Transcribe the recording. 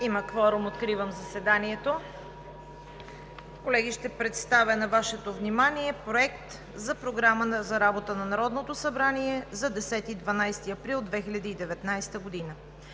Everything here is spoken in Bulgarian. Има кворум. (Звъни.) Откривам заседанието. Колеги, ще представя на Вашето внимание Проект на програма за работата на Народното събрание за 10 –12 април 2019 г.: „1.